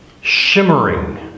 shimmering